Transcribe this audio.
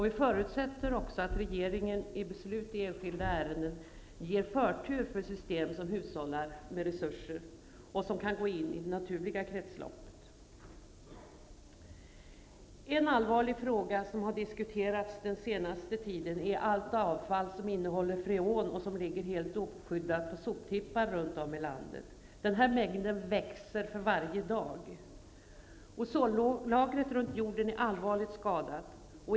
Vi förutsätter också att regeringen i beslut i enskilda ärenden ger förtur för system som hushållar med resurser och som kan gå in i det naturliga kretsloppet. En allvarlig fråga som har diskuterats den senaste tiden gäller allt avfall som innehåller freon och som ligger helt oskyddat på soptippar runt om i landet. Mängden av sådant avfall växer för varje dag. Ozonlagret runt jorden är allvarligt skadat.